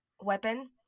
weapon